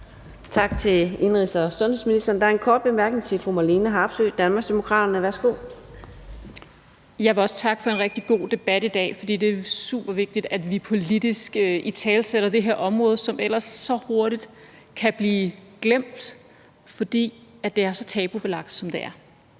Tak til indenrigs- og sundhedsministeren. Der er en kort bemærkning til fru Marlene Harpsøe, Danmarksdemokraterne. Værsgo. Kl. 14:54 Marlene Harpsøe (DD): Jeg vil også takke for en rigtig god debat i dag. For det er supervigtigt, at vi politisk italesætter det her område, som ellers så hurtigt kan blive glemt, fordi det er så tabubelagt, som det er.